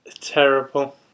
terrible